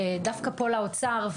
דווקא פה לאוצר,